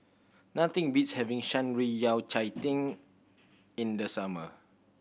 nothing beats having Shan Rui Yao Cai Tang in the summer